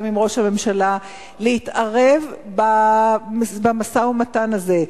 עם ראש הממשלה להתערב במשא-ומתן הזה.